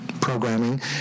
programming